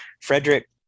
Frederick